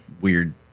Weird